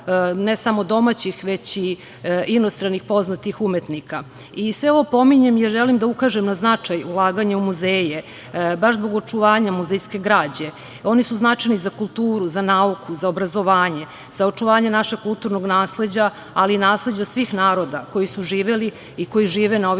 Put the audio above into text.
ne samo domaćih, već i inostranih poznatih umetnika. Sve ovo pominjem jer želim da ukažem na značaj ulaganja u muzeje, baš zbog očuvanja muzejske građe. Oni su značajni za kulturu, za nauku, za obrazovanje, za očuvanje našeg kulturnog nasleđa, ali i nasleđa svih naroda koji su živeli i koji žive na ovim